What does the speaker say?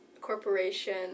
corporation